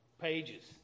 pages